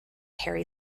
harry